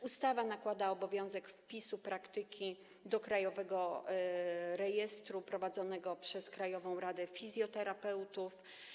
Ustawa nakłada obowiązek wpisu praktyki do krajowego rejestru prowadzonego przez Krajową Radę Fizjoterapeutów.